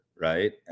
right